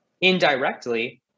indirectly